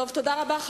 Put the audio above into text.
תודה רבה.